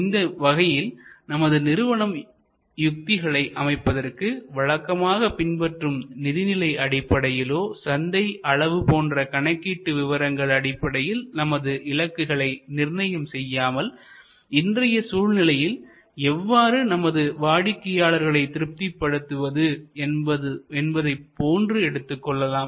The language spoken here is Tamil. இந்த வகையில் நமது நிறுவனம் யுக்திகளை அமைப்பதற்கு வழக்கமாக பின்பற்றப்படும் நிதிநிலை அடிப்படையிலோ சந்தை அளவு போன்ற கணக்கீட்டு விவரங்கள் அடிப்படையில் நமது இலக்குகளை நிர்ணயம் செய்யாமல் இன்றைய சூழ்நிலையில் எவ்வாறு நமது வாடிக்கையாளர்களை திருப்திபடுத்துவது என்பதை போன்று எடுத்துக்கொள்ளலாம்